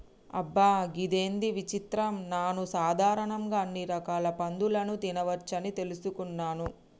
అబ్బ గిదేంది విచిత్రం నాను సాధారణంగా అన్ని రకాల పందులని తినవచ్చని తెలుసుకున్నాను